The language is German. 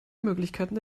möglichkeiten